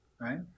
right